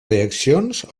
reaccions